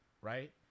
right